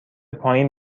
پایین